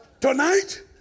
Tonight